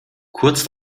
kurz